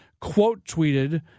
quote-tweeted